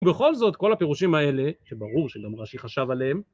ובכל זאת, כל הפירושים האלה, שברור שגם רש״י חשב עליהם,